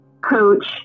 coach